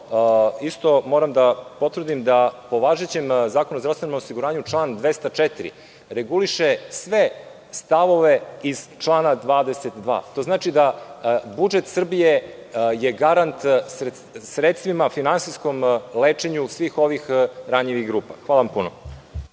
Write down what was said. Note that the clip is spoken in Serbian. isto moram da potvrdim, jeste da, po važećem Zakonu o zdravstvenom osiguranju, član 204. reguliše sve stavove iz člana 22. To znači da je budžet Srbije garant sredstvima finansijskom lečenju svih ovih ranjivih grupa. Hvala puno.